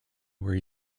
where